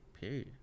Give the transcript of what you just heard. Period